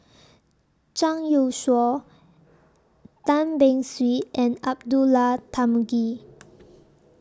Zhang Youshuo Tan Beng Swee and Abdullah Tarmugi